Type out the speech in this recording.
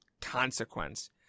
consequence